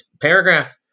paragraph